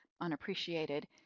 unappreciated